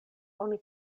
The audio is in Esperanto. oni